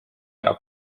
ära